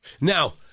Now